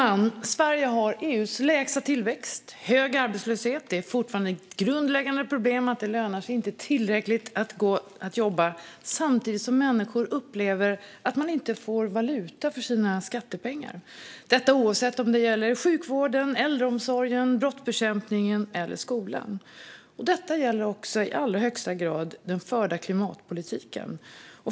Fru talman! Sverige har EU:s lägsta tillväxt. Vi har hög arbetslöshet. Det är fortfarande ett grundläggande problem att det inte lönar sig tillräckligt att gå och jobba. Samtidigt upplever människor att man inte får valuta för sina skattepengar - detta oavsett om det gäller sjukvården, äldreomsorgen, brottsbekämpningen eller skolan. Detta gäller också i allra högsta grad den förda klimatpolitiken.